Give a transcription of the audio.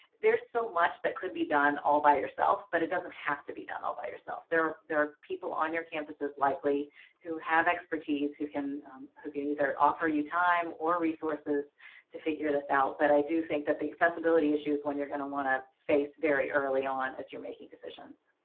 there's so much that could be done all by yourself, but it doesn't have to be done all by yourself. there are people on your campuses likely who have expertise who can who can either offer you time or resources to figure this out. but i do think that the accessibility issues when you're gonna want to face very early on as you're making decisions.